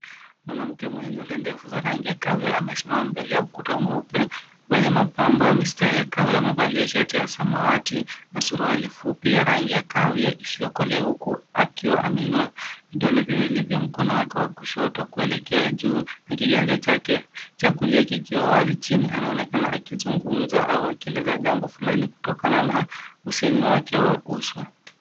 Mwanamke mwenye nywele ndefu za rangi ya kahawia amesimama mbele ya ukuta mweupe wenye mapambo ya mistari ya kahawia. Amevalia shati ya samati na suruali fupi ya rangi ya kahawia isiyokolea huku akiwa ameinua vidole viwili vya mkono wake wa kushoto kuelekeajuu na kiganja chake cha kulia kikiwa wazi chini. Anaonekana akizungumza au akieleza jambo fulani kutokana na usemi wake wa uso.